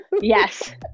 Yes